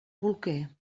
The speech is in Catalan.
bolquer